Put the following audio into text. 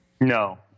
No